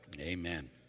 Amen